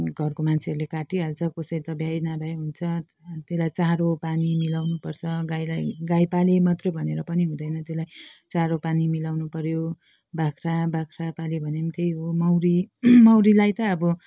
घरको मान्छेहरूले काटिहाल्छ कसै त भ्याई नभ्याई हुन्छ त्यसलाई चारो पानी मिलाउनुपर्छ गाईलाई गाई पालेँ भनेर मात्रै पनि हुँदैन त्यसलाई चारो पानी मिलाउनुपर्यो बाख्रा बाख्रा पाल्यो भने पनि त्यही हो मौरी मौरीलाई त अब